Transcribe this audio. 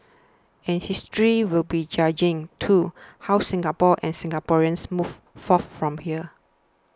and history will be judging too how Singapore and Singaporeans move forth from here